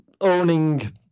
owning